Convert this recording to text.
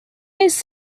his